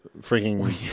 freaking